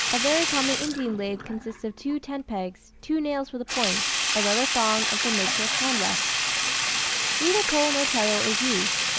a very common indian lathe consists of two tent-pegs, two nails for the points a leather thong, and some makeshift hand-rest neither pole nor treadle is used,